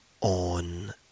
on